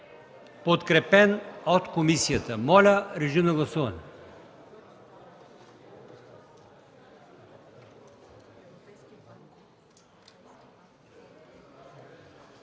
подкрепен от комисията. Моля, режим на гласуване.